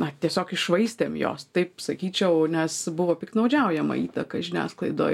na tiesiog iššvaistėm jos taip sakyčiau nes buvo piktnaudžiaujama įtaka žiniasklaidoj